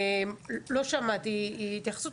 לא שמעתי התייחסות.